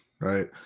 Right